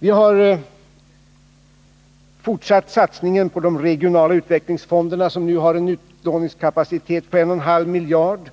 Vi har fortsatt satsningen på de regionala utvecklingsfonderna, som nu har en utlåningskapacitet på 1,5 miljarder